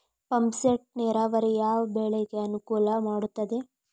Pump set ನೇರಾವರಿ ಯಾವ್ ಬೆಳೆಗೆ ಅನುಕೂಲ ಮಾಡುತ್ತದೆ?